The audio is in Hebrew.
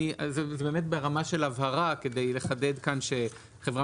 זה באמת ברמה של הבהרה כדי לחדד כאן שחברה